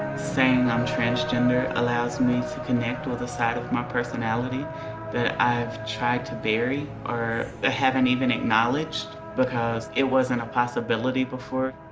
saying i'm transgender allows me to connect with a side of my personality that i tried to bury, or ah haven't even acknowledged, because it wasn't a possibility before.